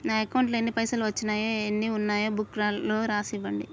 నా అకౌంట్లో ఎన్ని పైసలు వచ్చినాయో ఎన్ని ఉన్నాయో బుక్ లో రాసి ఇవ్వండి?